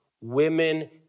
women